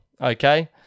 okay